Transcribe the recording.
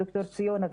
ד"ר ציונה,